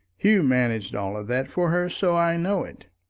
hugh managed all that for her, so i know it.